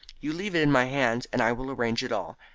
you leave it in my hands, and i will arrange it all.